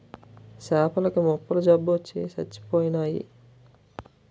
సేపల కి మొప్పల జబ్బొచ్చి సచ్చిపోయినాయి